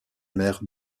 mère